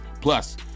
Plus